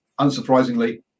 unsurprisingly